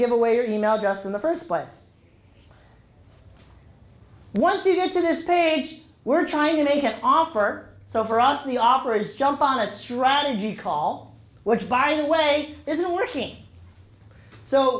give away or e mail just in the first place once you get to this page we're trying to make an offer so for us the operators jump on a strategy call which by the way isn't working so